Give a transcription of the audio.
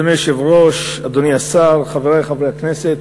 אדוני היושב-ראש, אדוני השר, חברי חברי הכנסת,